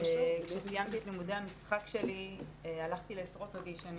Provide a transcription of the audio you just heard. כשסיימתי את לימודי המשחק שלי הלכתי לעשרות אודישנים